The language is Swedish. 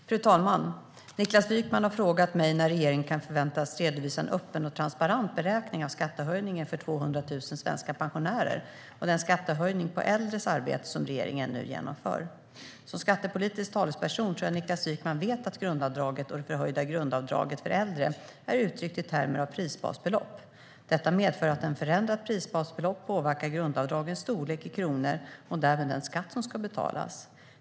Fru talman! Niklas Wykman har frågat mig när regeringen kan förväntas redovisa en öppen och transparent beräkning av skattehöjningen för 200 000 svenska pensionärer och den skattehöjning på äldres arbete som regeringen nu genomför. Som skattepolitisk talesperson tror jag att Niklas Wykman vet att grundavdraget och det förhöjda grundavdraget för äldre är uttryckt i termer av prisbasbelopp. Detta medför att ett förändrat prisbasbelopp påverkar grundavdragens storlek i kronor och därmed den skatt som ska betalas.